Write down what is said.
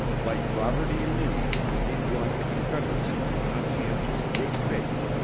like robert e. lee, he joined the confederacy in conscientious good faith,